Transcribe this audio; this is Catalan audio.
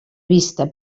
vista